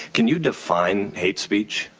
can you define hate speech?